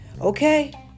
okay